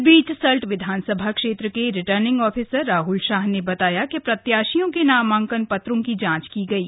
इस बीच सल्ट विधानसभा क्षेत्र के रिटर्निंग ऑफिसर राहल शाह ने बताया कि प्रत्याशियों के नामाकंन पत्रों की जांच की गयी